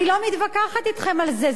אני לא מתווכחת אתכם על זה.